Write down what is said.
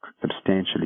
substantially